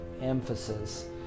emphasis